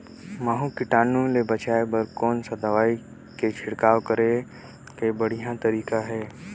महू कीटाणु ले बचाय बर कोन सा दवाई के छिड़काव करे के बढ़िया तरीका हे?